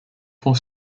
poor